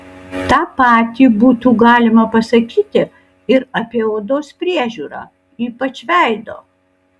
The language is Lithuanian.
tą patį būtų galima pasakyti ir apie odos priežiūrą ypač veido